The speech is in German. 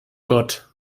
gott